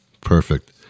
Perfect